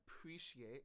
appreciate